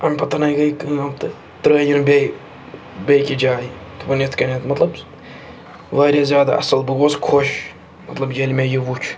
اَمہِ پَتَن گٔے کٲم تہٕ ترٛٲیِن بیٚیہِ بیٚکہِ جایہِ دوٚپُن یِتھ کٔنٮ۪تھ مطلب وارِیاہ زیادٕ اَصٕل بہٕ گوس خۄش مطلب ییٚلہِ مےٚ یہِ وٕ چھ